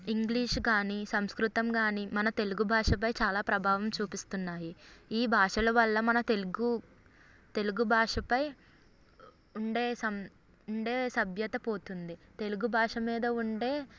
English కాని సంస్కృతం కాని మన తెలుగు భాషపై చాలా ప్రభావం చూపిస్తున్నాయి ఈ భాషల వల్ల మన తెలుగు తెలుగు భాషపై ఉండే సం సభ్యత పోతుంది తెలుగు భాష మీద ఉండే